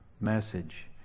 message